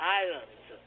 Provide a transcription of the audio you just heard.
islands